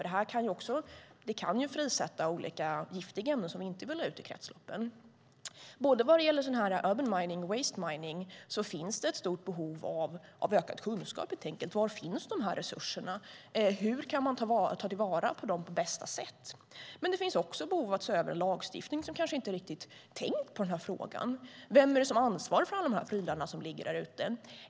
Det kan ju bli frisättning av olika giftiga ämnen som vi inte vill ha ut i kretsloppen. Vad gäller både urban mining och waste mining finns det ett stort behov av ökad kunskap. Var finns de här resurserna? Hur kan man ta till vara dem på bästa sätt? Men det finns också behov av att se över lagstiftningen, där man kanske inte har tänkt på frågan. Vem är det som har ansvaret för alla de prylar som ligger där ute?